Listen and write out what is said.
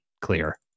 clear